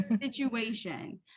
situation